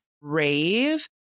rave